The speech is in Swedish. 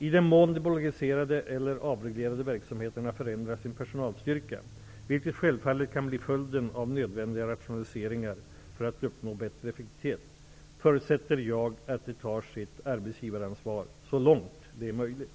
I den mån de bolagiserade eller avreglerade verksamheterna förändrar sin personalstyrka, vilket självfallet kan bli följden av nödvändiga rationaliseringar för att uppnå bättre effektivitet, förutsätter jag att de tar sitt arbetsgivaransvar så långt det är möjligt.